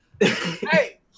Hey